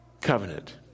covenant